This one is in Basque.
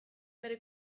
bere